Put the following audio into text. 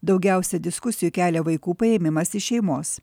daugiausia diskusijų kelia vaikų paėmimas iš šeimos